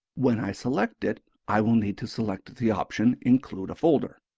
when i select it i will need to select the option include a folder.